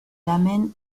l’amène